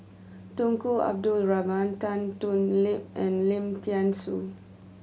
Tunku Abdul Rahman Tan Thoon Lip and Lim Thean Soo